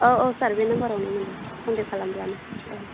औ औ सार बे नाम्बारावनो मोनगोन कन्टेक्ट खालामब्लानो